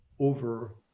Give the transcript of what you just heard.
over